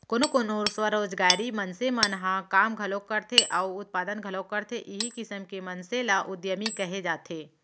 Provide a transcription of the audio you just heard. कोनो कोनो स्वरोजगारी मनसे मन ह काम घलोक करथे अउ उत्पादन घलोक करथे इहीं किसम के मनसे ल उद्यमी कहे जाथे